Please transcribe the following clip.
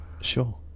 Sure